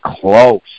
close